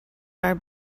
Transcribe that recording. are